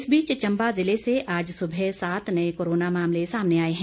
इस बीच चंबा जिले से आज सुबह सात नए कोरोना मामले सामने आए हैं